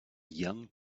young